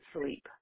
sleep